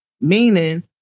meaning